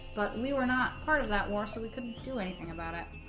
but we were not part of that war so we couldn't do anything about it